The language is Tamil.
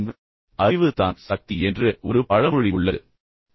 எனவே அறிவு தான் சக்தி என்று ஒரு பழமொழி உள்ளது என்பதை நீங்கள் அனைவரும் அறிவீர்கள்